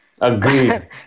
Agreed